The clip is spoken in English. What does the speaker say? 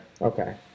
Okay